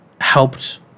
helped